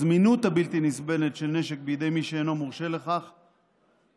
הזמינות הבלתי-נסבלת של נשק בידי מי שאינו מורשה לכך מהווה,